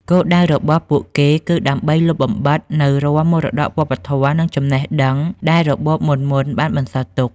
គោលដៅរបស់ពួកគេគឺដើម្បីលុបបំបាត់នូវរាល់មរតកវប្បធម៌ និងចំណេះដឹងដែលរបបមុនៗបានបន្សល់ទុក។